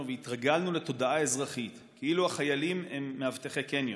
והתרגלנו לתודעה אזרחית כאילו החיילים הם מאבטחי קניון,